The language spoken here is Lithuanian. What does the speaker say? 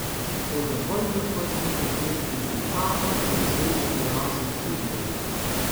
o dabar jie pasiekia ir rezultatą ir žaidžia gražų futbolą